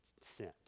sent